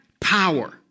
power